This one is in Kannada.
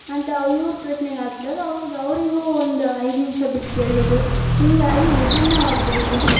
ಅಂತ ಇವ್ರ ಪ್ರಶ್ನೆಗೆ ಹಾಕ್ದಾಗ ಅವಾಗ ಅವರಿಗೂ ಒಂದು ಐದು ನಿಮಿಷ ಬಿಟ್ಟು ಕೇಳಿಸೋದು ಹೀಗಾಗಿ ವಿಭಿನ್ನವಾಗ್ಬಿಟ್ಟಿದೆ